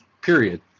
Period